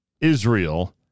Israel